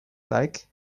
like